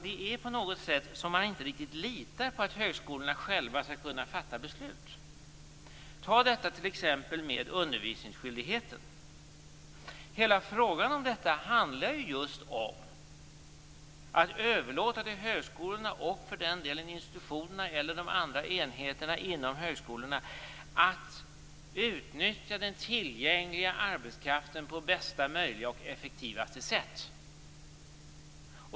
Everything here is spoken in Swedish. Det är som om man inte riktigt litar på att högskolorna själva skall kunna fatta beslut. Ta t.ex. detta med undervisningsskyldigheten. Hela den frågan handlar just om att överlåta till högskolorna, och för den delen institutionerna eller de andra enheterna inom högskolorna, att utnyttja den tillgängliga arbetskraften på bästa möjliga och effektivaste sätt.